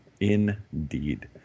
Indeed